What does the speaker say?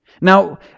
Now